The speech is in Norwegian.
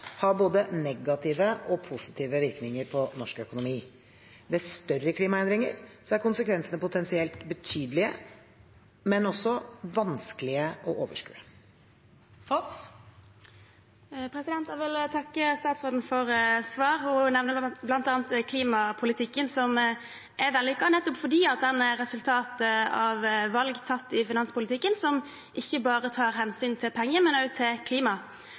både negative og positive virkninger på norsk økonomi. Ved større klimaendringer er konsekvensene potensielt betydelige, men også vanskelige å overskue. Jeg vil takke statsråden for svaret. Hun nevner bl.a. elbilpolitikken, som er vellykket nettopp fordi den er et resultat av valg tatt i finanspolitikken som ikke bare tar hensyn til penger, men også til klima.